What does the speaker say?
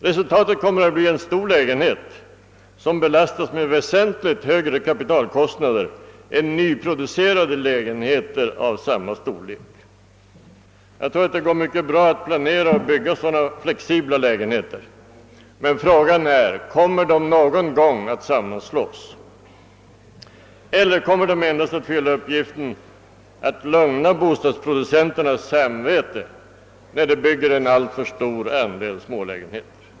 Resultatet kommer att bli én stor lägenhet som belastas med väsentligt högre kapitalkostnader än nyproducerade lägenheter av samma storlek. : Jag tror att det går mycket bra att bygga och planera sådana flexibla lägenheter, men frågan är: Kommer de någon gång att sammanslås eller kommer de endast att fylla uppgiften att lugna bostadsproducenternas samveten när de bygger en alltför stor andel smålägenheter?